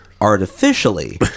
artificially